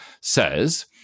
says –